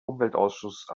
umweltausschuss